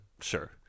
sure